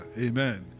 Amen